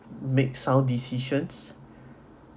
make sound decisions